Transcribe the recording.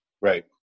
right